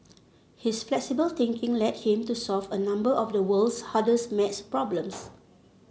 his flexible thinking led him to solve a number of the world's hardest maths problems